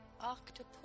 Octopus